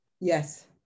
Yes